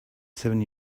seven